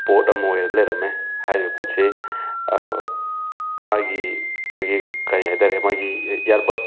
ꯄꯣꯠ ꯑꯃ ꯑꯣꯏꯔ ꯂꯩꯔꯝꯃꯦ ꯍꯥꯏꯔꯤꯕ ꯄꯣꯠꯁꯤ ꯃꯥꯒꯤ ꯑꯩꯈꯣꯏꯒꯤ ꯀꯔꯤ ꯍꯥꯏꯇꯥꯔꯦ ꯃꯥꯒꯤ ꯏꯌꯥꯔꯕꯠ